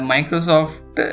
Microsoft